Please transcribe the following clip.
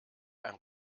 ein